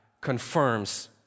confirms